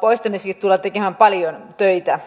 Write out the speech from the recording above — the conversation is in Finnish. poistamiseksi tullaan tekemään paljon töitä